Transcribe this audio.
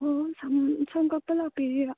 ꯑꯣ ꯁꯝ ꯀꯛꯄ ꯂꯥꯛꯄꯤꯔꯤꯔꯣ